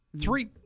Three